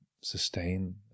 sustain